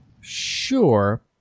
Sure